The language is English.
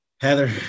Heather